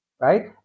right